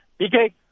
BK